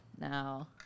Now